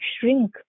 shrink